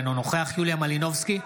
אינו נוכח יוליה מלינובסקי,